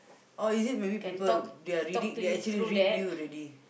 oh is it maybe people they are reading they actually read you already